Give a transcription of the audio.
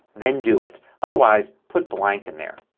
then do it. otherwise put blank in there.